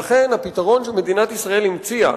לכן הפתרון שמדינת ישראל המציאה